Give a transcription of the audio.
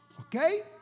okay